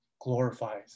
glorifies